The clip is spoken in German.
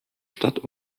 stadt